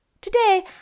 Today